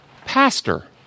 pastor